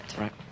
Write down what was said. right